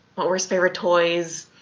what were his favorite toys,